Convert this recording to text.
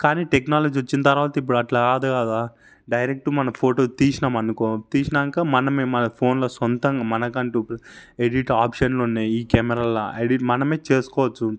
కానీ టెక్నాలజీ వచ్చిన తర్వాత ఇప్పుడు అట్లా కాదు కదా డైరెక్ట్ మనం ఫోటో తీసినాం అనుకో తీసినాక మనమే మన ఫోన్లో సొంతంగా మనకంటూ ఎడిట్ ఆప్షన్లు ఉన్నాయి ఈ కెమెరాల ఐడి మనమే చేసుకోవచ్చు